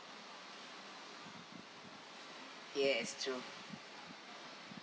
yes it's true